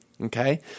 okay